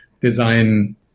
design